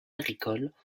agricoles